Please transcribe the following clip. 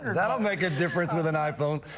that'll make a difference with an iphone.